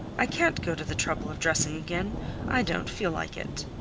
i can't go to the trouble of dressing again i don't feel like it.